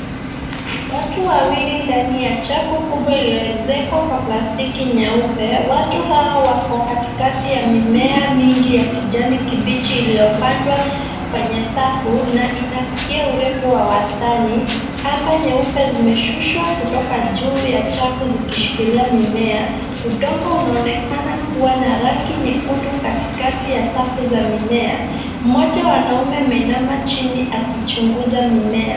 Watu wawili ndani ya chafu kubwa iliyoezekwa plastiki nyeupe. Watu hao wako katikati ya mimea mingi ya kijani kibichi iliyopandwa kwenye safu na inafikia urefu wa wastani. Kamba nyeupe zimeshushwa kutoka juu ya chafu zikishikilia mimea. Udongo unaonekana kuwa na rangi nyekundu katikati ya safu za mimea. Mmoja wa wanaume ameinama chini akichunguza mimea.